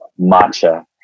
Matcha